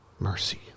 mercy